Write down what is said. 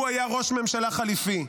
הוא היה ראש ממשלה חליפי.